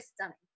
stunning